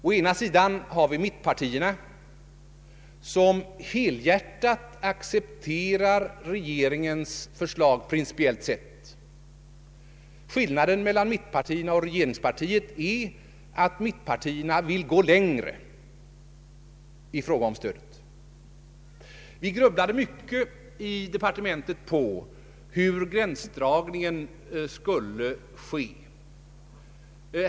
Å ena sidan accepterar mittenpartierna helhjärtat regeringens förslag principiellt sett. Skillnaden mellan mittenpartiernas uppfattning och regeringspartiets uppfattning är att mittenpartierna vill gå längre i fråga om stödet. Vi grubblade mycket i departementet på hur gränsdragningen skulle ske.